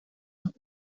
los